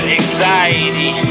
anxiety